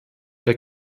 der